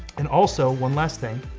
and also, one last thing,